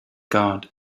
guard